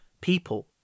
people